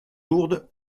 lourdes